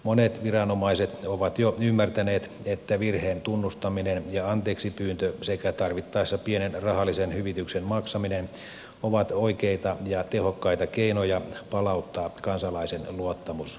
monet viranomaiset ovat jo ymmärtäneet että virheen tunnustaminen ja anteeksipyyntö sekä tarvittaessa pienen rahallisen hyvityksen maksaminen ovat oikeita ja tehokkaita keinoja palauttaa kansalaisen luottamus viranomaisen toimintaan